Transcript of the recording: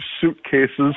suitcases